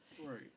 Right